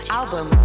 album